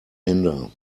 hinder